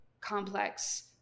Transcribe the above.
complex